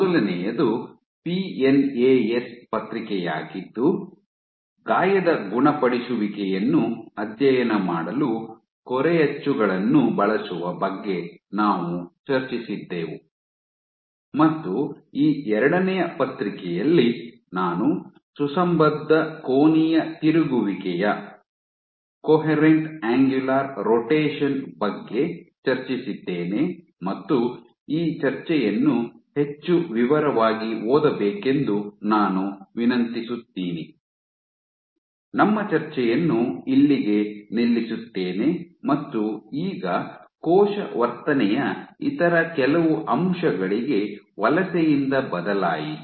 ಮೊದಲನೆಯದು ಪಿಎನ್ಎಎಸ್ ಪತ್ರಿಕೆಯಾಗಿದ್ದು ಗಾಯದ ಗುಣಪಡಿಸುವಿಕೆಯನ್ನು ಅಧ್ಯಯನ ಮಾಡಲು ಕೊರೆಯಚ್ಚುಗಳನ್ನು ಬಳಸುವ ಬಗ್ಗೆ ನಾವು ಚರ್ಚಿಸಿದ್ದೆವು ಮತ್ತು ಈ ಎರಡನೆಯ ಪತ್ರಿಕೆಯಲ್ಲಿ ನಾನು ಸುಸಂಬದ್ಧ ಕೋನೀಯ ತಿರುಗುವಿಕೆಯ ಬಗ್ಗೆ ಚರ್ಚಿಸಿದ್ದೇನೆ ಮತ್ತು ಈ ಚರ್ಚೆಯನ್ನು ಹೆಚ್ಚು ವಿವರವಾಗಿ ಓದಬೇಕೆಂದು ನಾನು ವಿನಂತಿಸುತ್ತೀನಿ ನಮ್ಮ ಚರ್ಚೆಯನ್ನು ಇಲ್ಲಿಗೆ ನಿಲ್ಲಿಸುತ್ತೇನೆ ಮತ್ತು ಈಗ ಕೋಶ ವರ್ತನೆಯ ಇತರ ಕೆಲವು ಅಂಶಗಳಿಗೆ ವಲಸೆಯಿಂದ ಬದಲಾಯಿಸಿ